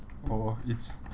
oh it's